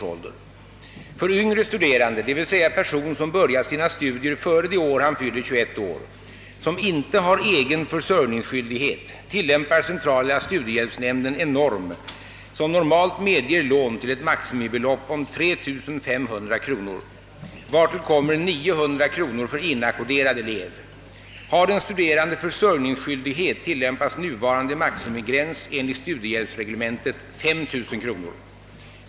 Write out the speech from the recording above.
För yngre studerande, d.v.s. person som börjat sina studier före det år han fyller 21 år, som inte har egen försörjningsskyldighet tillämpar centrala studiehjälpsnämnden en norm som normalt medger lån till ett maximibelopp om 3500 kronor, vartill kommer 900 kronor för inackorderad elev. Har den studerande försörjningsskyldighet tilllämpas nuvarande maximigräns enligt studiehjälpsreglementet, 5000 kronor.